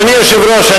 אדוני היושב-ראש,